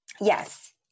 Yes